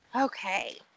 Okay